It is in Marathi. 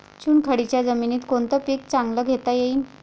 चुनखडीच्या जमीनीत कोनतं पीक चांगलं घेता येईन?